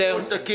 מי נגד?